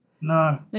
No